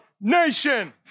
nation